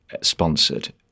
sponsored